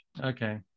Okay